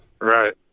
Right